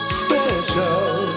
special